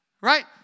Right